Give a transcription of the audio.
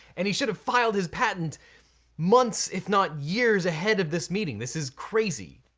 and he should have filed his patent months if not years ahead of this meeting, this is crazy.